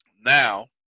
Now